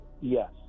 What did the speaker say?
Yes